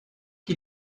qui